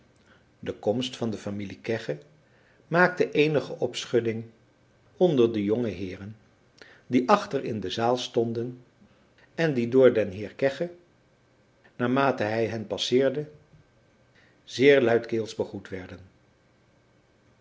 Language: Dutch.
de komst van de familie kegge maakte eenige opschudding onder de jonge heeren die achter in de zaal stonden en die door den heer kegge naarmate hij hen passeerde zeer luidkeels begroet werden